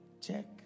Check